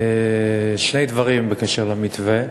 שני דברים בקשר למתווה,